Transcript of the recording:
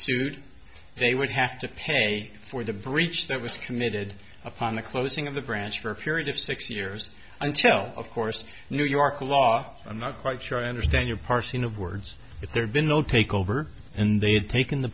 suit they would have to pay for the breach that was committed upon the closing of the branch for a period of six years until of course new york law i'm not quite sure i understand your parsing of words if there'd been no takeover and they had taken the